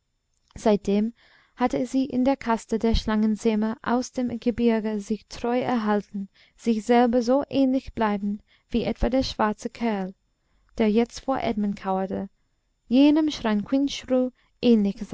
seitdem hatte sie in der kaste der schlangenzähmer aus dem gebirge sich treu erhalten sich selber so ähnlich bleibend wie etwa der schwarze kerl der jetzt vor edmund kauerte jenem chranquinchru ähnlich